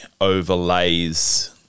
overlays